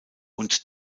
und